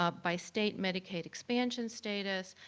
ah by state, medicaid expansion status,